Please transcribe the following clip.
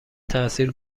تأثیر